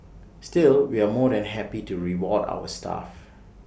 still we are more than happy to reward our staff